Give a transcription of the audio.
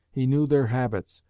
he knew their habits,